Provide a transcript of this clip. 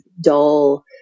dull